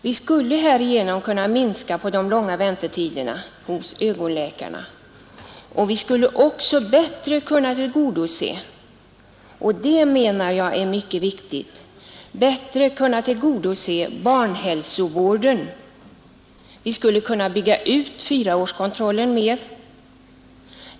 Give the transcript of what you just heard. Vi skulle härigenom kunna minska de långa väntetiderna hos ögonläkarna, och vi skulle också bättre kunna tillgodose — något som jag menar är mycket viktigt — barnhälsovården. Vi skulle kunna bygga ut fyraårskontrollen mer.